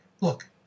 look